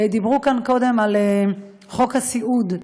דיברו כאן קודם על חוק הסיעוד,